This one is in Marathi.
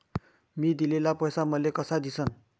मी दिलेला पैसा मले कसा दिसन?